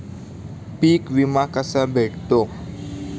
पीक विमा कसा भेटतो?